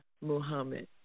Muhammad